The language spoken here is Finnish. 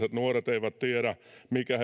eivät tiedä mikä